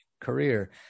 career